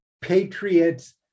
patriots